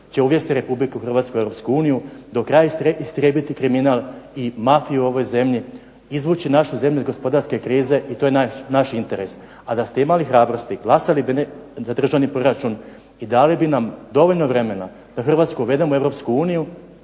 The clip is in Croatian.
će uvesti Republiku Hrvatsku u Europsku uniju, do kraja istrijebiti kriminal i mafiju u ovoj zemlji, izvući našu zemlju iz gospodarske krize i to je naš interes. A da ste imali hrabrosti glasali bi za državni proračun i dali bi nam dovoljno vremena da Hrvatsku uvedemo u Europsku uniju,